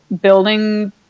building